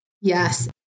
Yes